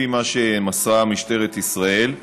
לפי מה שמסרה משטרת ישראל,